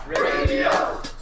radio